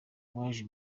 waje